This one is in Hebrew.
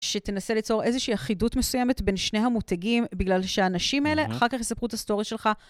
שתנסה ליצור איזושהי יחידות מסוימת בין שני המותגים, בגלל שהנשים האלה אחר כך יספרו את הסטורי שלך.